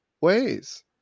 ways